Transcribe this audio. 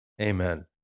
amen